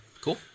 cool